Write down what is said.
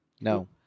No